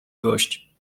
gość